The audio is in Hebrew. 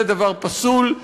זה דבר פסול,